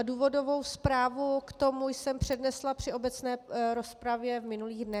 Důvodovou zprávu k tomu jsem přednesla při obecné rozpravě v minulých dnech.